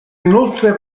inoltre